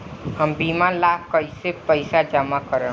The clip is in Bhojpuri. हम बीमा ला कईसे पईसा जमा करम?